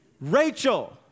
Rachel